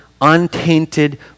untainted